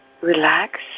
relax